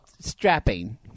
Strapping